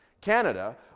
Canada